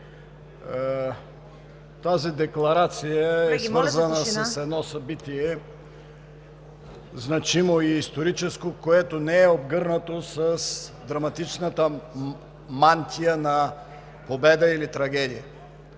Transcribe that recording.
Тази декларация е свързана с едно събитие – значимо и историческо, което не е обгърнато с драматична мантия на победа или трагедия,